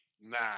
nine